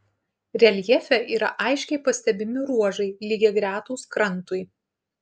reljefe yra aiškiai pastebimi ruožai lygiagretūs krantui